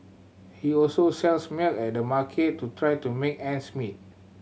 he also sells milk at the market to try to make ends meet